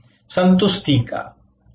संतुष्टि की